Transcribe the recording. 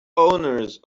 owners